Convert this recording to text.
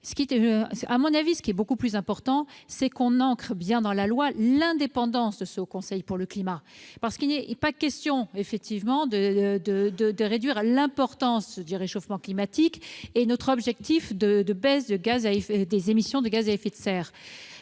À mon avis, ce qui est beaucoup plus important, c'est que l'on inscrive bien dans la loi l'indépendance du Haut Conseil pour le climat. En effet, il n'est pas question ici de minimiser l'importance du réchauffement climatique et de réduire l'objectif de réduction des émissions de gaz à effet de serre.